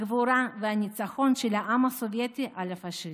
הגבורה והניצחון של העם הסובייטי על הפשיזם.